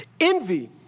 Envy